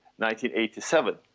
1987